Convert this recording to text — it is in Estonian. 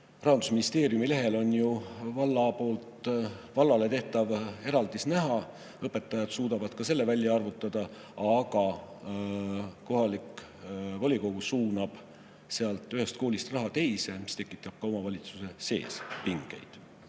Rahandusministeeriumi lehel on näha ka vallale tehtav eraldis, õpetajad suudavad ka selle välja arvutada, aga kohalik volikogu suunab sealt ühest koolist raha teise, mis tekitab ka omavalitsuse sees pingeid.